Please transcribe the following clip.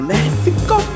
Mexico